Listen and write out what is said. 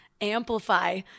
amplify